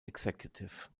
executive